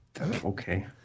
Okay